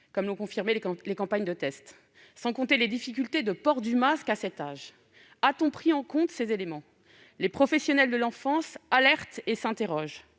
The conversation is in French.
comme l'ont confirmé les campagnes de tests. Sans compter les difficultés de port du masque à cet âge. A-t-on pris en compte ces éléments ? Les professionnels de l'enfance alertent et s'interrogent.